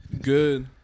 Good